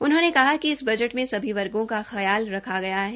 उन्होंने कहा कि इस बजट में सभी वर्गो का ख्याल रखा गया है